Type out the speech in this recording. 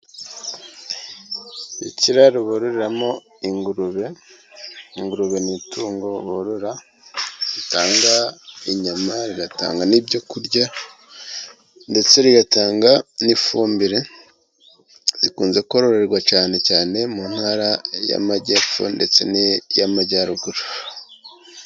Ikiraro buroreramo ingurube. Ingurube ni itungo borora ritanga inyama, rigatanga n'ibyo kurya, ndetse rigatanga n'ifumbire. Zikunze kororerwa cyane cyane mu Ntara y'Amajyepfo ndetse n'iy'Amajyaruguru.